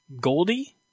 Goldie